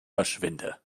verschwinde